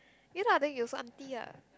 ya lah then you also auntie ah